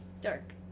Dark